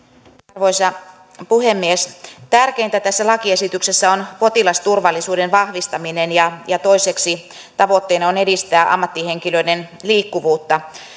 arvoisa puhemies tärkeintä tässä lakiesityksessä on potilasturvallisuuden vahvistaminen ja ja toiseksi tavoitteena on edistää ammattihenkilöiden liikkuvuutta